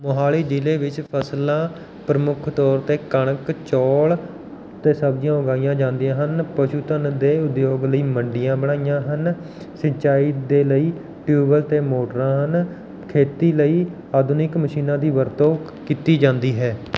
ਮੋਹਾਲੀ ਜ਼ਿਲ੍ਹੇ ਵਿੱਚ ਫਸਲਾਂ ਪ੍ਰਮੁੱਖ ਤੌਰ 'ਤੇ ਕਣਕ ਚੌਲ਼ ਅਤੇ ਸਬਜ਼ੀਆਂ ਉਗਾਈਆਂ ਜਾਂਦੀਆਂ ਹਨ ਪਸ਼ੂ ਧਨ ਦੇ ਉਦਯੋਗ ਲਈ ਮੰਡੀਆਂ ਬਣਾਈਆਂ ਹਨ ਸਿੰਚਾਈ ਦੇ ਲਈ ਟਿਊਵੈੱਲ ਅਤੇ ਮੋਟਰਾਂ ਹਨ ਖੇਤੀ ਲਈ ਆਧੁਨਿਕ ਮਸ਼ੀਨਾਂ ਦੀ ਵਰਤੋਂ ਕੀਤੀ ਜਾਂਦੀ ਹੈ